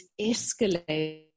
escalate